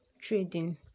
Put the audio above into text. trading